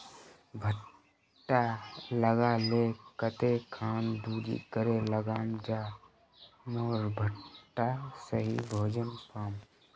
भुट्टा लगा ले कते खान दूरी करे लगाम ज मोर भुट्टा सही भोजन पाम?